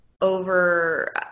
over